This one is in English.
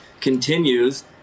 continues